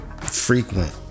frequent